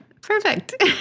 Perfect